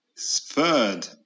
third